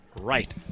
right